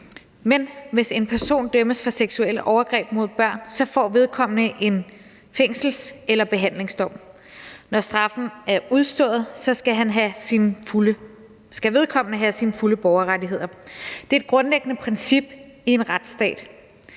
Men hvis en person dømmes for seksuelle overgreb mod børn, får vedkommende en fængselsstraf eller behandlingsdom. Når straffen er udstået, skal vedkommende have sine fulde borgerrettigheder tilbage. Det er et grundlæggende princip i en retsstat.